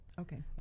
Okay